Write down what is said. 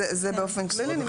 אז זהו באופן כללי.